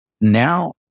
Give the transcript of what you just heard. now